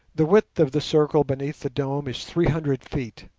the width of the circle beneath the dome is three hundred feet,